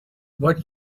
what